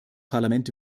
parlament